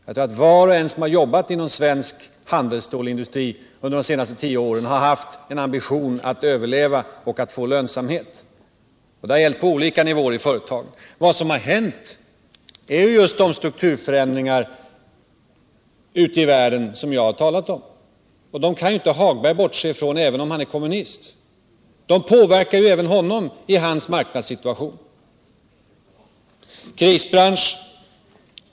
Jag tror att var och en som har jobbat i svensk handelsstålsindustri under de senaste tio åren har haft en ambition att överleva och att få lönsamhet, och det har gällt på olika nivåer i företagen. Vad som har hänt är just de strukturförändringar ute i världen som jag har talat om, och dem kan inte herr Hagberg bortse ifrån även om han är kommunist. De påverkar även honom i hans marknadssituation. Krisbransch, har det sagts.